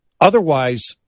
otherwise